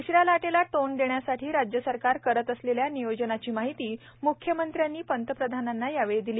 तिसऱ्या लाटेला तोंड देण्यासाठी राज्य सरकार करत असलेल्या नियोजनाची माहिती म्ख्यमंत्र्यांनी प्रधानमंत्र्यांना यावेळी दिली